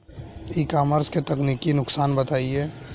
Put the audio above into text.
ई commerce के तकनीकी नुकसान बताएं?